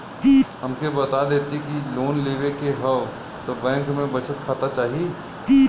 हमके बता देती की लोन लेवे के हव त बैंक में बचत खाता चाही?